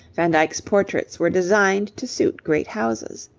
van dyck's portraits were designed to suit great houses.